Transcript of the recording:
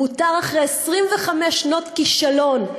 מותר אחרי 25 שנות כישלון,